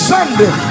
Sunday